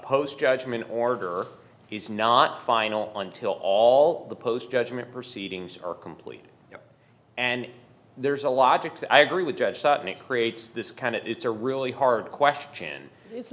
post judgment order he's not final until all the post judgment proceedings are completed and there's a logic to i agree with judge sutton it creates this kind of it's a really hard question i